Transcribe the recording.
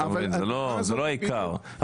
זה לא זה לא העיקר.